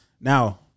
Now